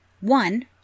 one